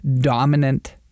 dominant